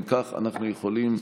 אם כך, אנחנו יכולים,